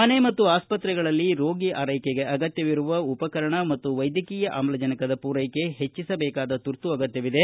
ಮನೆ ಮತ್ತು ಆಸ್ಪತ್ರೆಗಳಲ್ಲಿ ರೋಗಿ ಆರೈಕೆಗೆ ಅಗತ್ಯವಿರುವ ಉಪಕರಣ ಮತ್ತು ವೈದ್ಯಕೀಯ ಆಮ್ಲಜನಕದ ಪೂರೈಕೆ ಹೆಚ್ಚಿಸಬೇಕಾದ ತುರ್ತು ಅಗತ್ಯವಿದೆ